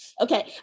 Okay